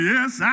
Yes